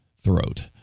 throat